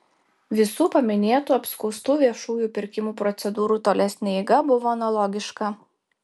visų paminėtų apskųstų viešųjų pirkimų procedūrų tolesnė eiga buvo analogiška